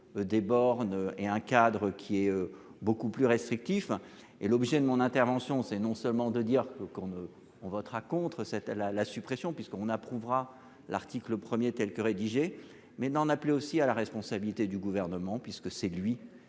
des bornes et un cadre qui est beaucoup plus restrictif. Et l'objet de mon intervention, c'est non seulement de dire que, qu'on ne on votera contre cette ah la la suppression puisqu'on approuvera l'article 1er telle que rédigée mais n'en appeler aussi à la responsabilité du gouvernement puisque c'est lui qui êtes. Qui est